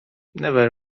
never